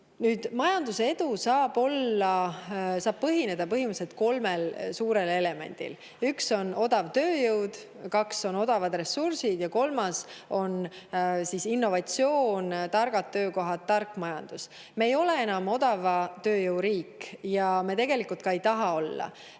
Majandusedu saab põhimõtteliselt põhineda kolmel suurel elemendil: üks on odav tööjõud, teine on odavad ressursid ja kolmas on innovatsioon, targad töökohad, tark majandus. Me ei ole enam odava tööjõu riik ja me tegelikult ka ei taha seda